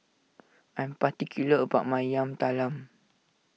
I am particular about my Yam Talam